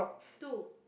two